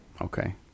Okay